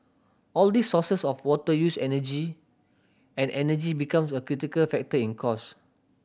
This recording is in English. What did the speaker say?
all these sources of water use energy and energy becomes a critical factor in cost